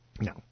no